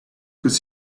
could